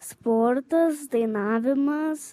sportas dainavimas